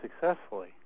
successfully